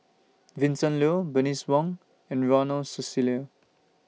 Vincent Leow Bernice Wong and Ronald Susilo